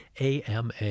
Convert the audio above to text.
AMA